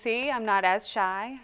see i'm not as shy